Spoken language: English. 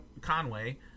Conway